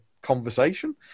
conversation